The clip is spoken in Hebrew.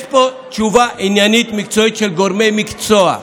יש פה תשובה עניינית, מקצועית, של גורמי מקצוע,